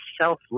selfless